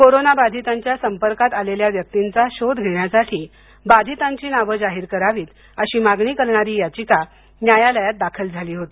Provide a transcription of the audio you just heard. corona बाधितांच्या संपर्कात आलेल्या व्यक्तींचा शोध घेण्यासाठी बाधितांची नावं जाहीर करावीत अशी मागणी करणारी याचिका न्यायालयात दाखल झाली होती